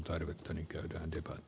arvoisa puhemies